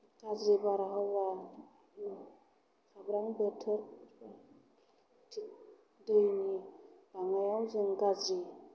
गाज्रि बारहावा खाब्रां बोथोर दैनि बानायाव जों गाज्रि